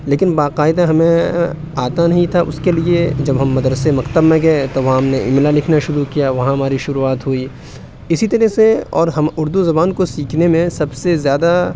لیکن باقاعدہ ہمیں آتا نہیں تھا اس کے لیے جب ہم مدرسے مکتب میں گئے تو وہاں ہم نے املا لکھنا شروع وہاں ہماری شروعات ہوئی اسی طرح سے اور ہم اردو زبان کو سیکھنے میں سب سے زیادہ